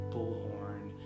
Bullhorn